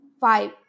five